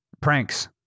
pranks